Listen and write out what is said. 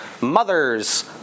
mothers